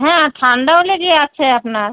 হ্যাঁ ঠান্ডাও লেগে আছে আপনার